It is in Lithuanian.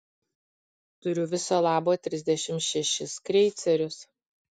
turiu viso labo trisdešimt šešis kreicerius